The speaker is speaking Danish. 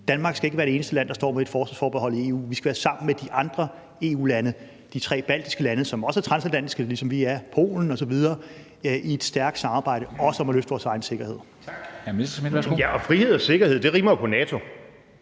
Danmark skal ikke være det eneste land, der står med et forsvarsforbehold i EU. Vi skal være sammen med de andre EU-lande, de tre baltiske lande, som også er transatlantiske, som vi er, Polen osv. i et stærkt samarbejde også om at løfte vores egen sikkerhed. Kl. 13:14 Formanden (Henrik Dam